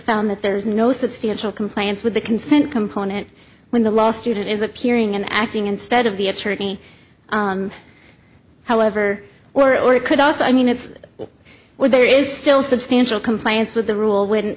found that there is no substantial compliance with the consent component when the law student is appearing and acting instead of the attorney however were or it could also i mean it's where there is still substantial compliance with the rule when